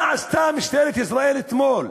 מה עשתה משטרת ישראל אתמול?